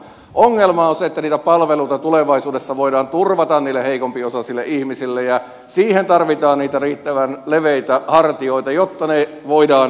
ongelma on se että niitä palveluita tulevaisuudessa voidaan turvata niille heikompiosaisille ihmisille ja siihen tarvitaan niitä riittävän leveitä hartioita jotta ne voidaan oikeasti hoitaa